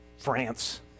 France